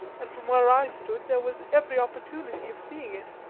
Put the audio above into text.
and from where i stood there was every opportunity of seeing it.